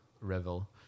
revel